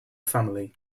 family